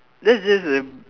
that's just a